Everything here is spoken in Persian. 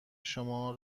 شما